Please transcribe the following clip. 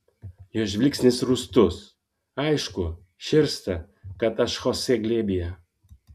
jo žvilgsnis rūstus aišku širsta kad aš chosė glėbyje